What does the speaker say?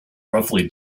roughly